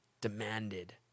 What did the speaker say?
demanded